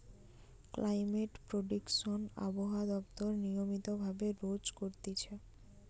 climate prediction আবহাওয়া দপ্তর নিয়মিত ভাবে রোজ করতিছে